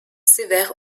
sévère